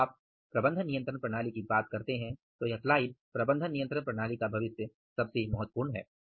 जब आप प्रबंधन नियंत्रण प्रणाली की बात करते हैं तो यह स्लाइड प्रबंधन नियंत्रण प्रणाली का भविष्य सबसे महत्वपूर्ण है